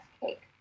cake